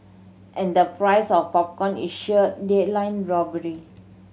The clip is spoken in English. and the price of popcorn is sheer daylight robbery